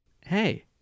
Hey